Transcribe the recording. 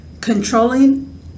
controlling